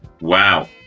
Wow